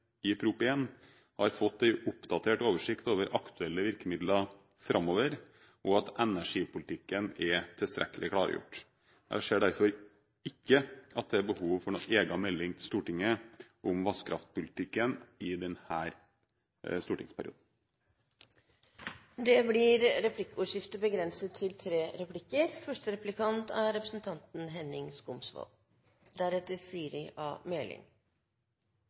har fått en oppdatert oversikt over aktuelle virkemidler framover, og at energipolitikken er tilstrekkelig klargjort. Jeg ser derfor ikke at det er behov for noen egen melding til Stortinget om vannkraftpolitikken i denne stortingsperioden. Det blir replikkordskifte.